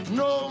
no